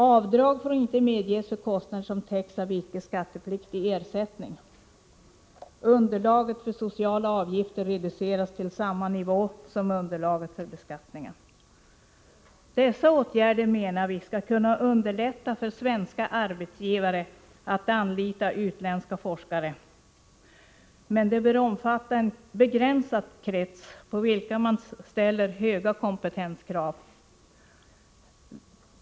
Avdrag skall inte medges för kostnader som täcks av icke skattepliktig ersättning. Underlaget för sociala avgifter reduceras till samma nivå som underlaget för beskattningen. Dessa åtgärder skall, menar vi, kunna underlätta för svenska arbetsgivare att anlita utländska forskare. Men de bör omfatta en begränsad krets, på vilken man ställer höga kompetenskrav.